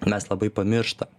mes labai pamirštam